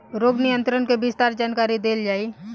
रोग नियंत्रण के विस्तार जानकरी देल जाई?